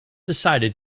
decided